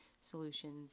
Solutions